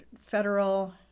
federal